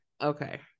okay